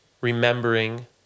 remembering